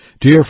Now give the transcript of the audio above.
Dear